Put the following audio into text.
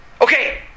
Okay